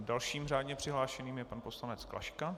Dalším řádně přihlášeným je pan poslanec Klaška.